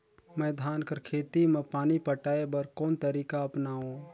मैं धान कर खेती म पानी पटाय बर कोन तरीका अपनावो?